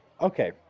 Okay